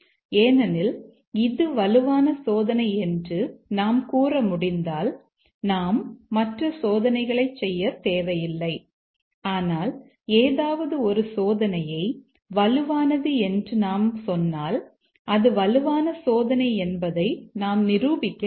ஏனெனில் இது வலுவான சோதனை என்று நாம் கூற முடிந்தால் நாம் மற்ற சோதனைகளைச் செய்யத் தேவையில்லை ஆனால் ஏதாவது ஒரு சோதனையை வலுவானது என்று நாம் சொன்னால் அது வலுவான சோதனை என்பதை நாம் நிரூபிக்க வேண்டும்